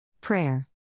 Prayer